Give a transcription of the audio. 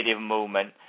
movement